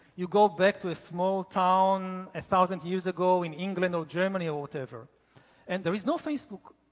you go back to a small town a thousand years ago in england or germany or whatever and there is no facebook,